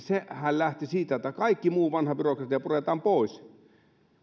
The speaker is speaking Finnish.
lähti siitä että kaikki muu vanha byrokratia puretaan pois